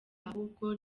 ahubwo